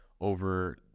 over